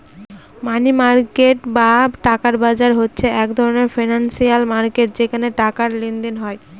মানি market বা টাকার বাজার হচ্ছে এক ধরনের ফিনান্সিয়াল মার্কেট যেখানে টাকার লেনদেন হয়